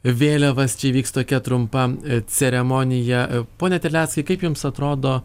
vėliavas čia įvyks tokia trumpa ceremonija pone terleckai kaip jums atrodo